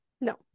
no